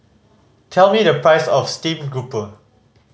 tell me the price of steamed grouper